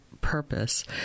purpose